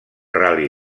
ral·li